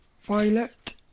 violet